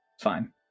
Fine